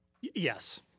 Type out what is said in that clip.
Yes